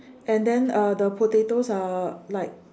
and then uh the potatoes are like